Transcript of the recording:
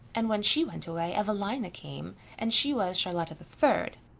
and when she went away evelina came and she was charlotta the third.